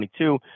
2022